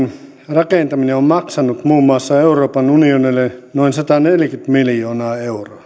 rakentaminen on maksanut muun muassa euroopan unionille noin sataneljäkymmentä miljoonaa euroa